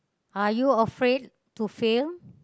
are you afraid to fail